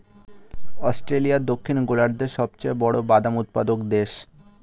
Australia দক্ষিণ গোলার্ধের সবচেয়ে বড় বাদাম উৎপাদক দেশ